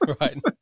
Right